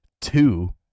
Two